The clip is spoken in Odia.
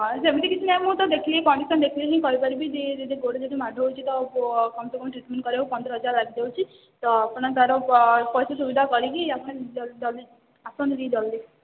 ସେମିତି କିଛି ନାହିଁ ମୁଁ ତ ଦେଖିକି କଣ୍ଡିସନ ଦେଖିଲେ ହିଁ କହିପାରିବି ଯେ ଯଦି ଗୋଡ଼ ଯଦି ମାଡ଼ ହେଇଛି ତ କମସେ କମ ଟ୍ରିଟମେଣ୍ଟ କରିବାକୁ ପନ୍ଦର ହଜାର ଲାଗିଯାଉଛି ତ ଆପଣ ତା'ର ପ ପଇସା ସୁବିଧା କରିକି ଆପଣ ଜଲ ଜଲଦି ଆସନ୍ତୁ ଟିକେ ଜଲଦି